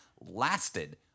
lasted